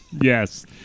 Yes